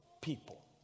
people